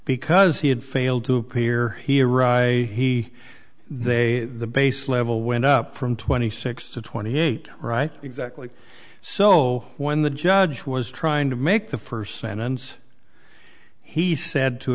because he had failed to appear here i he they the base level went up from twenty six to twenty eight right exactly so when the judge was trying to make the first sentence he said to